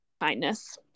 kindness